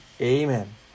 Amen